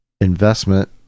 investment